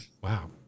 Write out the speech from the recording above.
wow